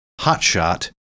hotshot